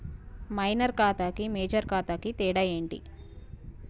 Minor ఖాతా కి major ఖాతా కి తేడా ఏంటి?